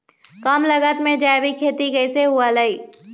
कम लागत में जैविक खेती कैसे हुआ लाई?